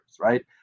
right